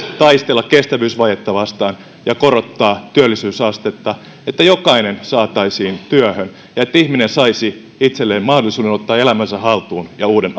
taistella kestävyysvajetta vastaan ja korottaa työllisyysastetta niin jokainen saataisiin työhön ja ihminen saisi itselleen mahdollisuuden ottaa elämänsä haltuun ja uuden